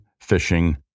fishing